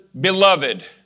beloved